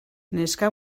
neska